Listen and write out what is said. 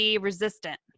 resistant